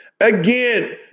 Again